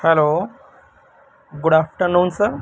hello good after noon sir